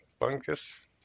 Bunkus